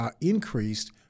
increased